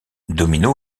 domino